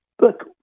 look